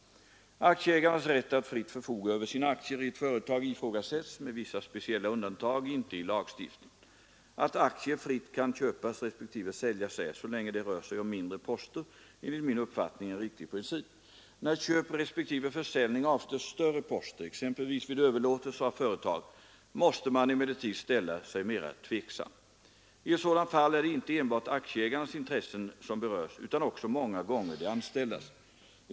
Aktieägarnas rätt att fritt förfoga över sina aktier i ett företag ifrågasätts — med vissa speciella undantag — inte i lagstiftningen. Att aktier fritt kan köpas respektive säljas är — så länge det rör sig om mindre poster — enligt min uppfattning en riktig princip. När köp respektive försäljning avser större poster, exempelvis vid överlåtelse av företag, måste man emellertid ställa sig mera tveksam. I ett sådant fall är det inte enbart aktieägarnas intressen som berörs utan också många gånger de anställdas.